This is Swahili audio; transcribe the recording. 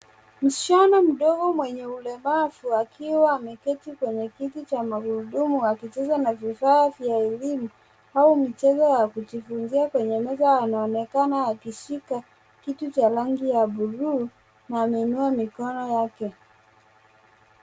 Msichana mdogo mwenye ulemavu akiwa ameketi kwenye kiti cha magurudumu akicheza na vifaa vya elimu au michezo ya kujifunzia kwenye meza. Anaonekana akishika kitu cha rangi ya buluu na ameinua mikono yake.